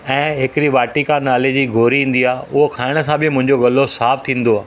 ऐं हिकिड़ी वाटिका नाले जी गोरी ईंदी आहे उहा खाइण सां बि मुंहिंजो गलो साफ़ु थींदो आहे